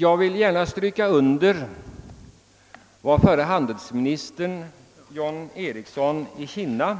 Jag vill gärna stryka under vad förre handelsministern John Ericsson i Kinna